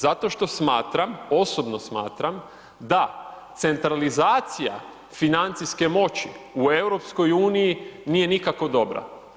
Zato što smatram, osobno smatram da centralizacija financijske moći u EU nije nikako dobra.